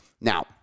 Now